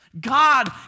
God